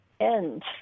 end